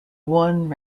one